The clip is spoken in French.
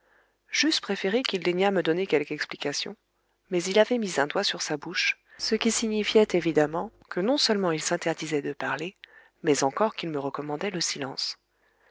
j'eusse préféré qu'il daignât me donner quelque explication mais il avait mis un doigt sur sa bouche ce qui signifiait évidemment que non seulement il s'interdisait de parler mais encore qu'il me recommandait le silence